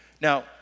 Now